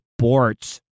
sports